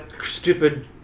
stupid